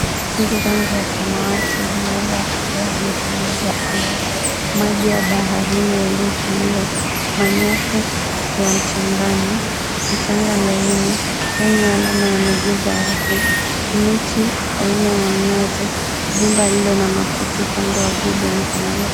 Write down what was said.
Wingu rangi ya samawati linaloashiria hali tulivu ya anga. Maji ya baharini yaliyotulia, manyasi ya mchangani, mchanga laini wenye alama za miguu za watu, miti aina ya mnazi, jumba lililo na makuti upande wa juu lionekanalo.